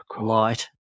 light